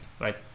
right